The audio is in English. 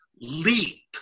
leap